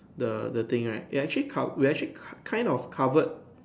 the the thing right we actually co~ we actually kind of cover